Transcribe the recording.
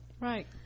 right